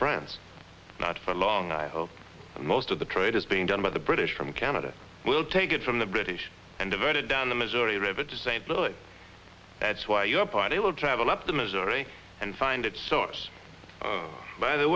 france not for long i hope most of the trade is being done by the british from canada will take it from the british and diverted down the missouri river to st louis that's why your party will travel up the missouri and find its source by the